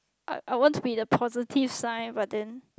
I want to be the positive sign but then